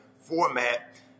Format